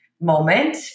moment